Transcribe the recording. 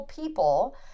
people